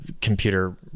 computer